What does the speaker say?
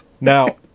Now